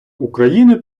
україни